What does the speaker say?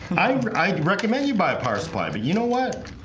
i recommend you buy a power supply, but you know what?